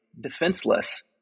defenseless